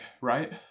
right